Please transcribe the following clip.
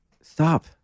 stop